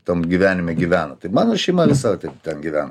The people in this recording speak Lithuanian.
tam gyvenime gyvena tai mano šeima visa taip ten gyvena